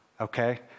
okay